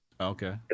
Okay